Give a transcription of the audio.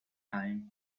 time